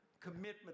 commitment